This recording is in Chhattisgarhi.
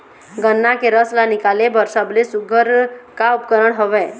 गन्ना के रस ला निकाले बर सबले सुघ्घर का उपकरण हवए?